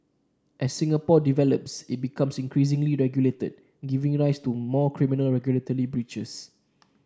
as Singapore develops it becomes increasingly regulated giving rise to more criminal regulatory breaches